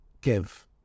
give